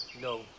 No